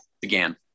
began